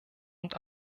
und